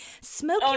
smoke